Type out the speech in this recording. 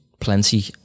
Plenty